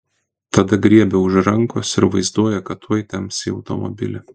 tada griebia už rankos ir vaizduoja kad tuoj temps į automobilį